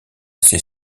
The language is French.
ses